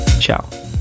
ciao